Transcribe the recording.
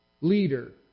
leader